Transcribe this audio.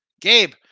Gabe